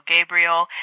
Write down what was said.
Gabriel